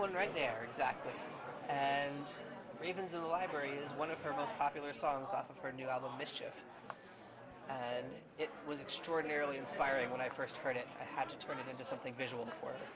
was right there exactly and even the library is one of her most popular songs off of her new album mischief and it was extraordinarily inspiring when i first heard it i had to turn it into something visual fo